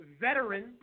veteran